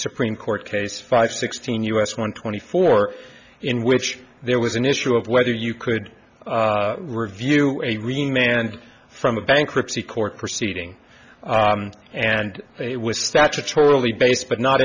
supreme court case five sixteen u s one twenty four in which there was an issue of whether you could review a green man from a bankruptcy court proceeding and it was statutorily based but not